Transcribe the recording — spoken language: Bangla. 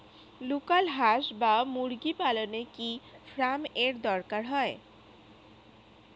লোকাল হাস বা মুরগি পালনে কি ফার্ম এর দরকার হয়?